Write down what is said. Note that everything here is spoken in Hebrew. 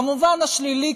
במובן השלילי,